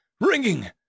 ringing